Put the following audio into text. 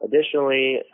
Additionally